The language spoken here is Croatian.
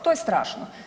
To je strašno.